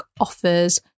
offers